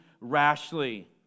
rashly